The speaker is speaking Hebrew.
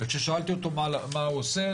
וכששאלתי אותו מה הוא עושה,